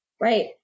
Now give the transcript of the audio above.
Right